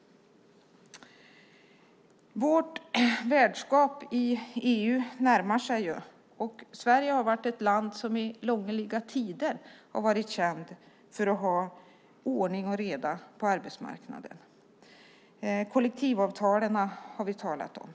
Sveriges värdskap i EU närmar sig. Sverige har varit ett land som under lång tid varit känt för att ha ordning och reda på arbetsmarknaden. Kollektivavtalen har vi talat om.